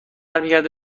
برمیگرده